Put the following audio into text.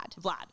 vlad